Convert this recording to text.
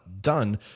done